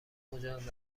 مجاز